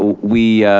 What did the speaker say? we,